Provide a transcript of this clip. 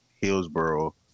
Hillsboro